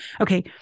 Okay